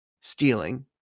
stealing